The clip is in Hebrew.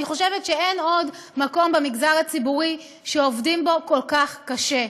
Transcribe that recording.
אני חושב שאין עוד מקום במגזר הציבורי שעובדים בו כל כך קשה.